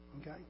Okay